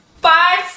five